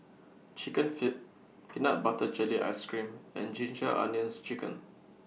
Chicken Feet Peanut Butter Jelly Ice Cream and Ginger Onions Chicken